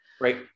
Right